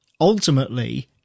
ultimately